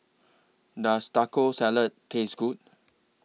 Does Taco Salad Taste Good